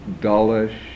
dullish